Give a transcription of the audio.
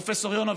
פרופ' יונה,